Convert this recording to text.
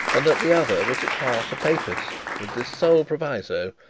and that the other was in heart a papist, with this sole proviso,